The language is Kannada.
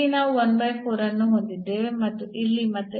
ಇಲ್ಲಿ ನಾವು ಅನ್ನು ಹೊಂದಿದ್ದೇವೆ ಮತ್ತು ಇಲ್ಲಿ ಮತ್ತೆ